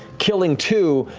killing two,